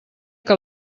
que